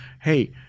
hey